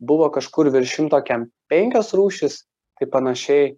buvo kažkur virš šimto kiam penkios rūšys tai panašiai